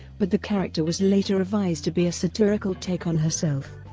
but the character was later revised to be a satirical take on herself.